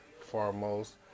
foremost